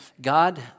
God